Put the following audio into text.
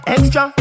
Extra